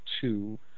two